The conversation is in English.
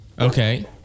Okay